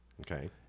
Okay